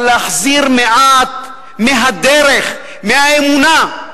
אבל להחזיר מעט מהדרך, מהאמונה,